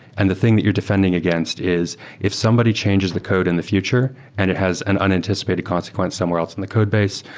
and the thing that you're defending against is if somebody sed the code in the future and it has an unanticipated consequence somewhere else in the codebase,